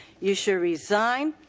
you should resign,